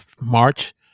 March